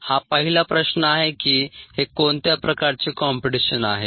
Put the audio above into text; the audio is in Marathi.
हा पहिला प्रश्न आहे की हे कोणत्या प्रकारचे कॉम्पीटीशन आहे